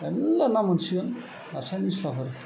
मेरला ना मोनसिगोन नास्राय निस्लाफोर